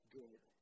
good